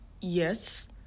Yes